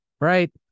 right